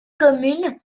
commune